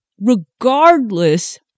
regardless